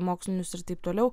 mokslinius ir taip toliau